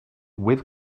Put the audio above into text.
with